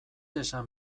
esan